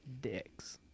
dicks